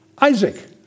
Isaac